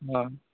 हँ